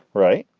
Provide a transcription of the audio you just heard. right.